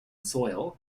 soil